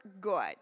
good